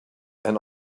and